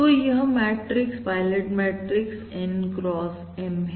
तो यह matrix pilot matrix N x M है